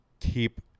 keep